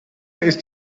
ist